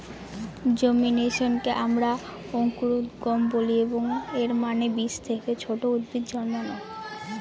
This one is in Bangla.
জেমিনেশনকে আমরা অঙ্কুরোদ্গম বলি, এবং এর মানে বীজ থেকে ছোট উদ্ভিদ জন্মানো